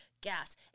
gas